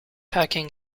hacking